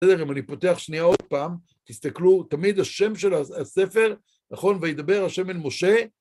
בסדר, אם אני פותח שנייה עוד פעם, תסתכלו, תמיד השם של הספר, נכון, וידבר השם אל משה.